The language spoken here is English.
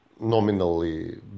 nominally